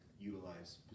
utilize